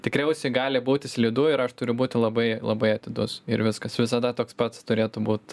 tikriausiai gali būti slidu ir aš turiu būti labai labai atidus ir viskas visada toks pats turėtų būt